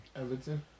Everton